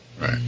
Right